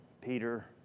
Peter